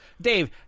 Dave